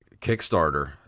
Kickstarter